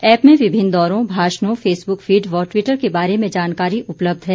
app में विभिन्न दौरों भाषणों फेसबुक फीड व ट्विटर के बारे में जानकारी उपलब्ध है